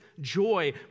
joy